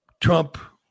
Trump